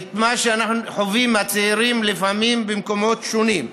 את מה שאנחנו חווים עם הצעירים במקומות שונים.